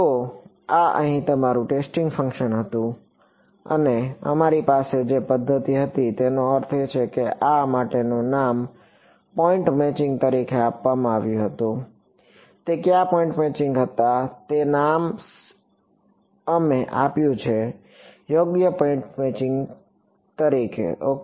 તો આ અહીં તમારું ટેસ્ટીંગ ફંક્શન હતું અને અમારી પાસે જે પદ્ધતિ હતી તેનો અર્થ એ છે કે આ માટેનું નામ પોઇન્ટ મેચિંગ તરીકે આપવામાં આવ્યું હતું કે કયા પોઇન્ટ મેચિંગ હતા તે નામ અમે આપ્યું છે યોગ્ય પોઇન્ટ મેચિંગ ઓકે